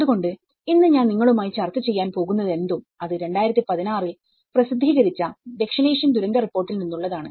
അതുകൊണ്ട് ഇന്ന് ഞാൻ നിങ്ങളുമായി ചർച്ച ചെയ്യാൻ പോകുന്നതെന്തും അത് 2016 ൽ പ്രസിദ്ധീകരിച്ച ദക്ഷിണേഷ്യൻ ദുരന്ത റിപ്പോർട്ടിൽ നിന്നുള്ളതാണ്